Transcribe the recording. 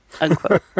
Unquote